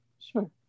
Sure